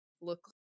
look